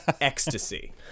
Ecstasy